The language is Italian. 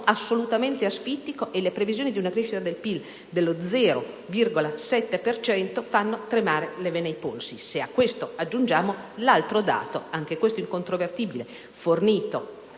assolutamente asfittico: la previsione di una crescita del PIL dello 0,7 per cento fa tremare le vene ai polsi, se a questo aggiungiamo l'altro dato - anche questo incontrovertibile - fornito